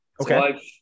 Okay